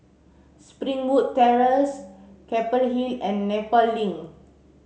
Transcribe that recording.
Springwood Terrace Keppel Hill and Nepal Link